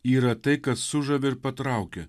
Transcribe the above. yra tai kas sužavi ir patraukia